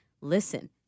listen